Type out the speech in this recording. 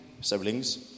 siblings